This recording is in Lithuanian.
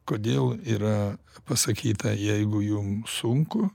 kodėl yra pasakyta jeigu jum sunku